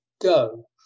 go